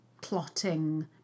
plotting